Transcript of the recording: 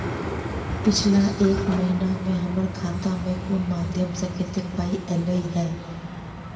पिछला एक महीना मे हम्मर खाता मे कुन मध्यमे सऽ कत्तेक पाई ऐलई ह?